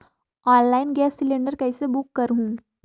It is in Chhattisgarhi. ऑनलाइन गैस सिलेंडर कइसे बुक करहु?